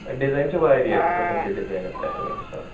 ہے design چھِ واریاہ قٔسٕم چھِ ڈِزایِنن تہٕ تمے حسابہ